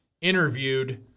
interviewed